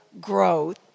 growth